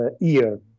year